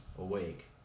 awake